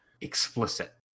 explicit